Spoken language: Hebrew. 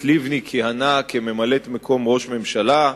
הגברת לבני כיהנה כממלאת-מקום ראש ממשלה,